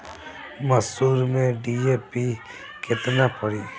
मसूर में डी.ए.पी केतना पड़ी?